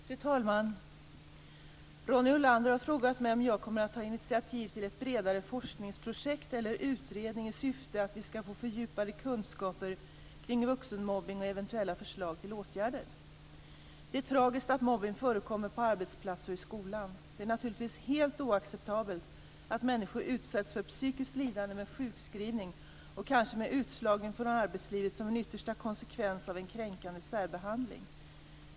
Fru talman! Ronny Olander har frågat mig om jag kommer att ta initiativ till ett bredare forskningsprojekt eller en utredning i syfte att vi skall få fördjupade kunskaper kring vuxenmobbning och eventuella förslag till åtgärder. Det är tragiskt att mobbning förekommer på arbetsplatser och i skolan. Det är naturligtvis helt oacceptabelt att människor utsätts för psykiskt lidande med sjukskrivning och kanske med utslagning från arbetslivet som en yttersta konsekvens av en kränkande särbehandling.